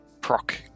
proc